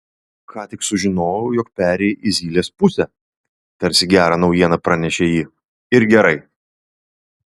ką tik sužinojau jog perėjai į zylės pusę tarsi gerą naujieną pranešė ji ir gerai